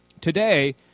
today